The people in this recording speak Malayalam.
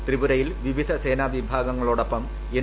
ത്രിപുരയിൽ വിവിധ സേനാവിഭാഗങ്ങളോടൊപ്പം എൻ